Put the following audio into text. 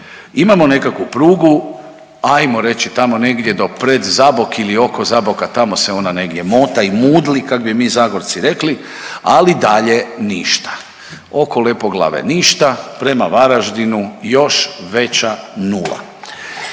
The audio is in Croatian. Imamo nekakvu prugu, ajmo reći tamo negdje do pred Zabok ili oko Zaboka tamo se ona negdje mota i mudli kak bi mi Zagorci rekli, ali dalje ništa. Oko Lepoglave ništa, prema Varaždinu još veća nula.